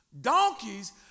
Donkeys